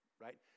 right